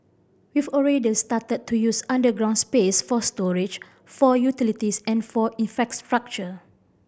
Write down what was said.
we've already started to use underground space for storage for utilities and for infrastructure